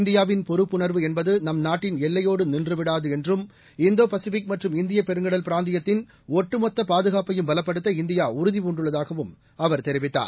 இந்தியாவின் பொறுப்புணர்வு என்பது நம் நாட்டின் எல்லையோடு நின்று விடாது என்றும் இந்தோ பசிபிக் மற்றும் இந்தியப் பெருங்கடல் பிராந்தியத்தின் ஒட்டுமொத்த பாதுகாப்பையும் பலப்படுத்த இந்தியா உறுதிபூண்டுள்ளதாகவும் அவர் தெரிவித்தார்